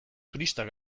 turistak